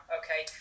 okay